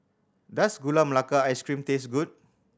does Gula Melaka Ice Cream taste good